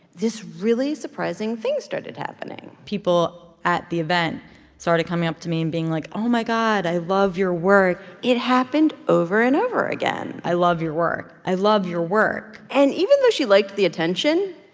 this really surprising thing started happening people at the event started coming up to me being like, oh, my god, i love your work it happened over and over again. i love your work. i love your work. and even though she liked the attention,